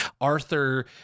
Arthur